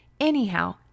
Anyhow